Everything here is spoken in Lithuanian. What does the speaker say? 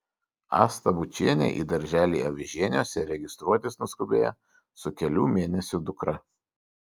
asta bučienė į darželį avižieniuose registruotis nuskubėjo su kelių mėnesių dukra